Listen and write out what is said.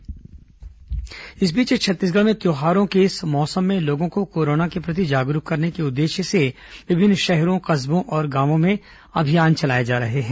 corona जागरूकता इस बीच छत्तीसगढ़ में त्यौहारों के इस मौसम में लोगों को कोरोना के प्रति जागरूक करने के उद्देश्य से विभिन्न शहरों कस्बों और गांवों में अभियान चलाए जा रहे हैं